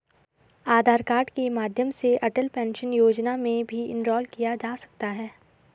आधार card के माध्यम से अटल पेंशन योजना में इनरोल किया जा सकता है